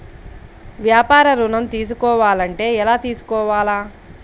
వ్యాపార ఋణం తీసుకోవాలంటే ఎలా తీసుకోవాలా?